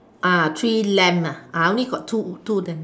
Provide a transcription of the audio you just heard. uh three lamb ah I only got two two then